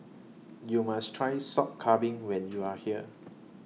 YOU must Try Sop Kambing when YOU Are here